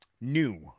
new